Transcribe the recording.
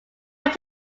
went